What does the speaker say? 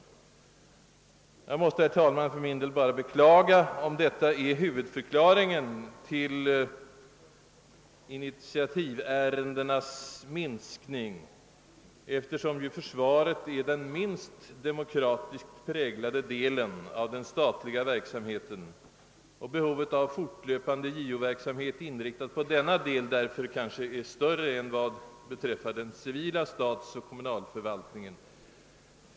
Jag måste, herr talman, nog för min del beklaga om detta skulle vara huvudförklaringen = till = initiativärendenas minskning, eftersom försvaret är den minst demokratiskt präglade delen av den statliga verksamheten och behovet av fortlöpande JO-verksamhet inriktad på denna del därför kanske är större än vad beträffar den civila statsoch kom munalförvaltningen.